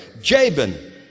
Jabin